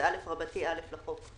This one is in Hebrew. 18א(א) לחוק".